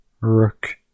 rook